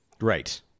Right